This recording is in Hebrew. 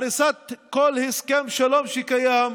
הריסת כל הסכם שלום שקיים,